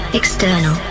external